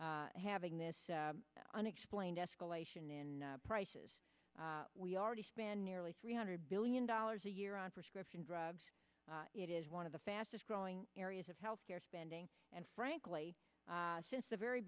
s having this unexplained escalation in prices we already spend nearly three hundred billion dollars a year on prescription drugs it is one of the fastest growing areas of health care spending and frankly since the very